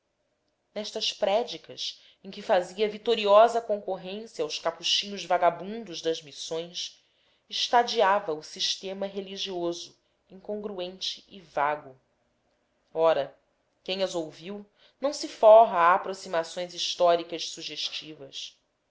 nestas prédicas em que fazia vitoriosa concorrência aos capuchinhos vagabundos das missões estadeava o sistema religioso incongruente e vago ora quem as ouviu não se forra a aproximações históricas sugestivas